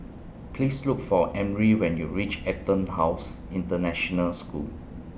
Please Look For Emry when YOU REACH Etonhouse International School